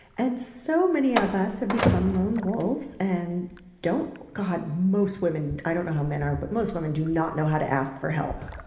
and so many of us have become lone wolves. and god, most women i don't know how men are, but most women do not know how to ask for help.